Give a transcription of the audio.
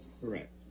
Correct